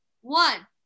one